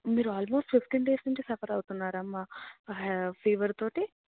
మీరు almost fifteen days నుంచి suffer అవుతున్నారా అమ్మ ఫీవర్తో